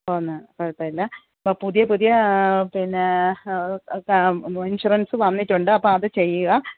പോകുന്നു കുഴപ്പമില്ല ഇപ്പോൾ പുതിയ പുതിയ പിന്നെ ഇൻഷുറൻസ് വന്നിട്ടുണ്ട് അപ്പോൾ അത് ചെയ്യുക